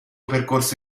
percorso